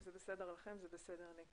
אם זה בסדר לכם, זה בסדר לי.